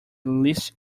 least